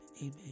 amen